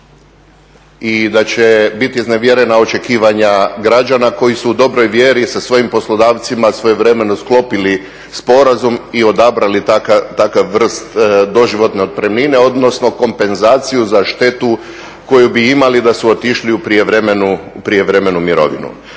i da će biti iznevjerena očekivanja građana koji su u dobroj vjeri sa svojim poslodavcima svojevremeno sklopili sporazum i odabrali takav vrst doživotne otpremnine, odnosno kompenzaciju za štetu koju bi imali da su otišli u prijevremenu mirovinu.